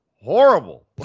horrible